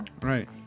Right